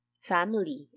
family